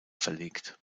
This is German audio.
verlegt